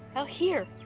ah here?